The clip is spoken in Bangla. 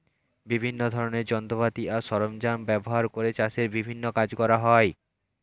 বিভিন্ন ধরনের যন্ত্রপাতি আর সরঞ্জাম ব্যবহার করে চাষের বিভিন্ন কাজ করা হয়